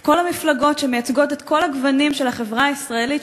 את כל המפלגות שמייצגות את כל הגוונים של החברה הישראלית,